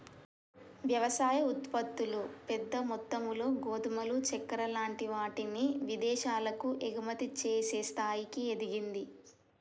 వ్యవసాయ ఉత్పత్తులు పెద్ద మొత్తములో గోధుమలు చెక్కర లాంటి వాటిని విదేశాలకు ఎగుమతి చేసే స్థాయికి ఎదిగింది